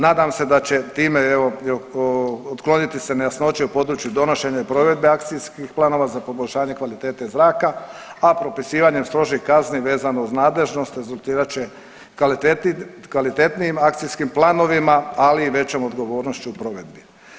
Nadam se da će time evo otkloniti se nejasnoće u području donošenja i provedbe akcijskih planova za poboljšanje kvalitete zraka, a propisivanjem strožih kazni vezano uz nadležnost rezultirat će kvalitetnijim akcijskim planovima, ali i većom odgovornošću u provedbi.